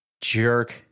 jerk